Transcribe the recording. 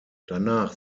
danach